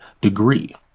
degree